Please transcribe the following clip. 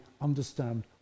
understand